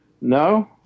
No